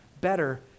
better